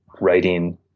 writing